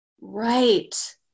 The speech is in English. Right